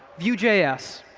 vue js.